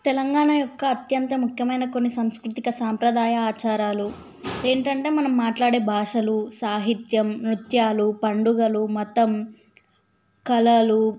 తెలంగాణ యొక్క అత్యంత ముఖ్యమైన కొన్ని సంస్కృతిక సాంప్రదాయ ఆచారాలు ఏంటంటే మనం మాట్లాడే భాషలు సాహిత్యం నృత్యాలు పండుగలు మతం కళలు